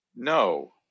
No